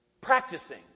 Practicing